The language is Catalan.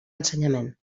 ensenyament